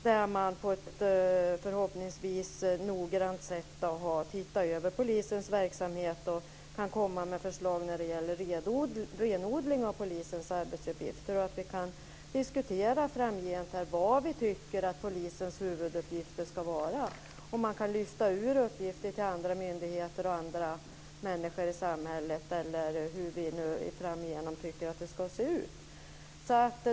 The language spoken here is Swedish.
Där har man på ett förhoppningsvis noggrant sätt sett över polisens verksamhet och kan komma med förslag när det gäller renodling av polisens arbetsuppgifter. Därefter kan vi diskutera vad vi tycker att polisens huvuduppgifter framgent ska vara, om man kan lyfta ut uppgifter till andra myndigheter och andra människor i samhället eller hur vi tycker att det ska se ut framöver.